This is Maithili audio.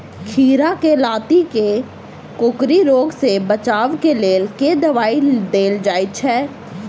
खीरा केँ लाती केँ कोकरी रोग सऽ बचाब केँ लेल केँ दवाई देल जाय छैय?